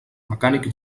mecànic